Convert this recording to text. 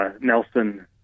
Nelson